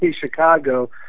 Chicago